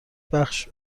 بخش